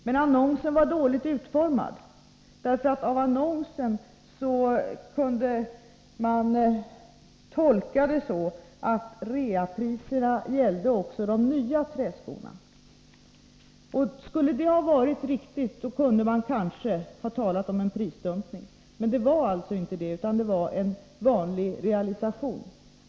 Men annonsen var dåligt utformad, för man kunde tolka den så att reapriserna gällde också de nya träskorna. Skulle detta ha varit riktigt, då kunde man kanske ha talat om en prisdumpning. Men det var alltså inte det, utan det var en vanlig realisation.